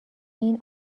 این